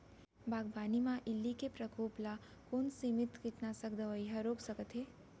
बागवानी म इल्ली के प्रकोप ल कोन सीमित कीटनाशक दवई ह रोक सकथे?